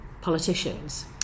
politicians